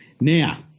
Now